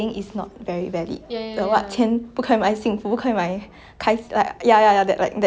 真的是如果你赚不到钱才会讲的 ya